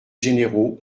généraux